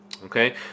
Okay